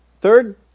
Third